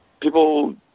People